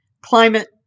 climate